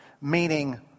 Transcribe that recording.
Meaning